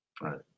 Right